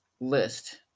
list